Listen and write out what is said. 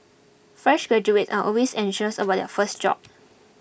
fresh graduates are always anxious about their first job